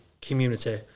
community